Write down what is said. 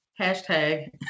hashtag